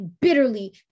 bitterly